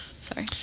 sorry